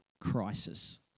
crisis